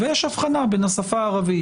-- ויש אבחנה בין השפה הערבית,